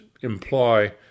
imply